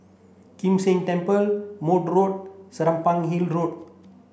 Kim San Temple Maude Road Serapong Hill Road